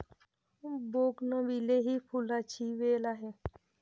bougainvillea ही फुलांची वेल आहे